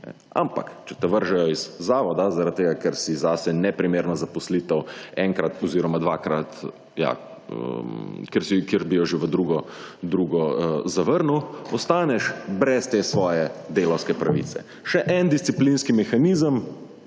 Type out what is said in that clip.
Ampak če te vržejo iz zavoda zaradi tega, ker si zase neprimerno zaposlitev enkrat oziroma dvakrat, ker bi jo že v drugo zavrnil, ostaneš brez te svoje delavske pravice. Še en disciplinski mehanizem,